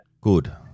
Good